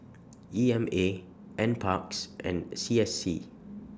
E M A NParks and C S C